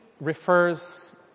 refers